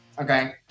Okay